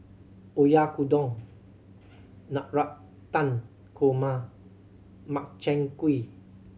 Oyakodon Navratan Korma Makchang Gui